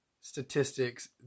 statistics